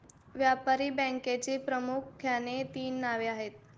व्यापारी बँकेची प्रामुख्याने तीन नावे आहेत